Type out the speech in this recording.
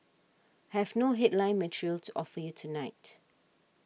have no headline material to offer you tonight